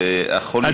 אבל החולי,